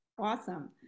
Awesome